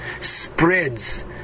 spreads